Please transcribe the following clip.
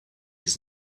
his